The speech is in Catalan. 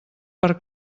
per